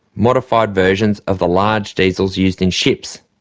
modified versions of the large diesels used in ships.